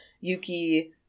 yuki